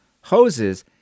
Hoses